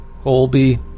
Colby